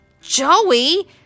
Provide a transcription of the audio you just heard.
Joey